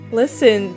listen